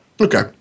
Okay